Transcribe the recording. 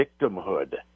victimhood